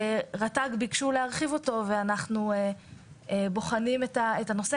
רת"ג ביקשו להרחיב אותו ואנחנו בוחנים את הנושא.